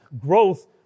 growth